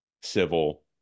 civil